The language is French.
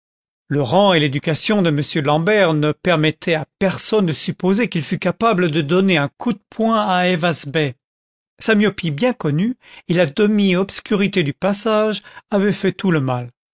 le rang et l'éducation de m l'ambert ne permettaient à personne de supposer qu'il fût capable de donner un coup de poing à ayvaz bey sa myopie bien connue et la demi-obscurité du passage avaient fait tout le mal